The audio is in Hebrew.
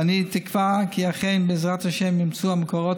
ואני תקווה כי אכן בעזרת השם יימצאו המקורות